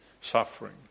suffering